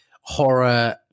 horror